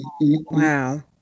Wow